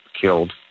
killed